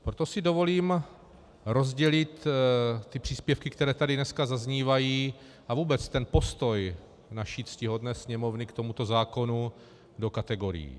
Proto si dovolím rozdělit příspěvky, které tady dneska zaznívají, a vůbec ten postoj naší ctihodné Sněmovny k tomuto zákonu do kategorií.